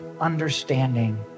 understanding